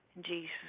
Jesus